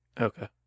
Okay